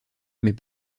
mais